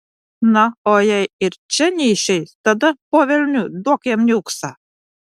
na o jei ir čia neišeis tada po velnių duok jam niuksą